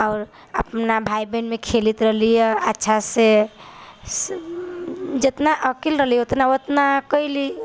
आओर अपना भाइ बहिनमे खेलैत रहलिए अच्छासँ जतना अकिल रहलै ओतना कएली